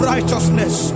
Righteousness